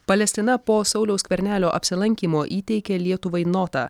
palestina po sauliaus skvernelio apsilankymo įteikė lietuvai notą